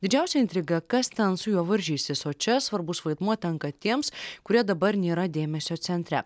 didžiausia intriga kas ten su juo varžysis o čia svarbus vaidmuo tenka tiems kurie dabar nėra dėmesio centre